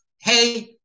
hey